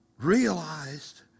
realized